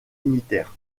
unitaires